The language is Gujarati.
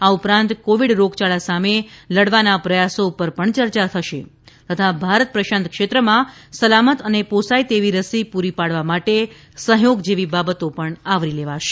આ ઉપરાંત કોવિડ રોગચાળા સામે લડવાના પ્રયાસો પર પણ ચર્ચા કરશે તથા ભારત પ્રશાંત ક્ષેત્રમાં સલામત અને પોસાય તેવી રસી પૂરી પાડવા માટે સહયોગ જેવી બાબતો આવરી લેશે